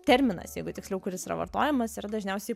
terminas jeigu tiksliau kuris yra vartojamas yra dažniausiai